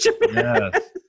Yes